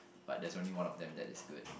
but there's only one of them that is good